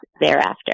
thereafter